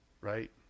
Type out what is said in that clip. right